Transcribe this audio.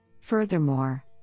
Furthermore